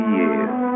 years